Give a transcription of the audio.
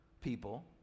people